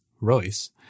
Royce